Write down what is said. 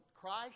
Christ